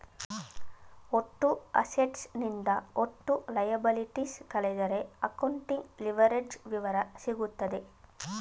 ಒಟ್ಟು ಅಸೆಟ್ಸ್ ನಿಂದ ಒಟ್ಟು ಲಯಬಲಿಟೀಸ್ ಕಳೆದರೆ ಅಕೌಂಟಿಂಗ್ ಲಿವರೇಜ್ಡ್ ವಿವರ ಸಿಗುತ್ತದೆ